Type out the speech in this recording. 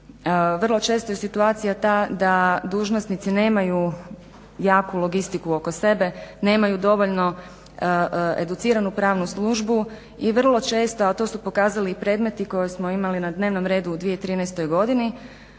vrlo često je situacija ta da dužnosnici nemaju jaku logistiku oko sebe, nemaju dovoljno educiranu pravnu službu i vrlo često a to su pokazali i predmeti koje smo imali na dnevnom redu u 2013. godini